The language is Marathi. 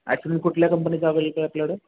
ॲक्चुअली कुठल्या कंपनीचं अवेलेबल आपल्याकडे